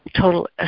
total